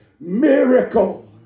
miracle